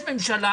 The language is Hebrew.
יש עכשיו ממשלה.